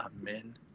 Amen